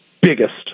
biggest